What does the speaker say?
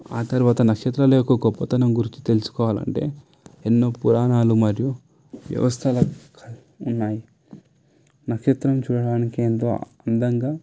ఆ తర్వాత నక్షత్రం యొక్క గొప్పతనం గురించి తెలుసుకోవాలంటే ఎన్నో పురాణాలు మరియు వ్యవస్థలా ఉన్నాయి నక్షత్రం చూడడానికి ఎంతో అందంగా